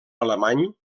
alemany